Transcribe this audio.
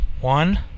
One